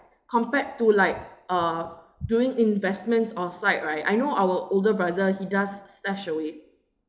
compared to like uh during investments outside right I know our older brother he does stashaway